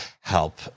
help